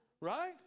right